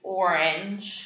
orange